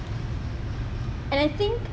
and I think